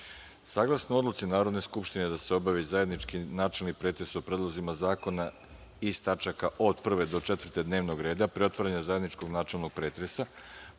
pravde. Saglasno odluci Narodne skupštine da se obavi zajednički načelni pretres o predlozima zakona iz tačaka od 1. do 4. dnevnog reda, pre otvaranja zajedničkog načelnog pretresa,